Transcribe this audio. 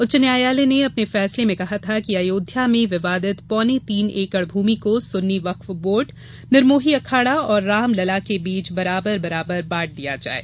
उच्च न्यायालय ने अपने फैसले में कहा था कि अयोध्या में विवादित पौने तीन एकड़ भूमि को सुन्नी वक्फ बोर्ड निरमोही अखाड़ा और राम लला के बीच बराबर बराबर बांट दिया जाये